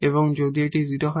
এবং যদি এটি 0 হয়